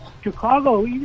Chicago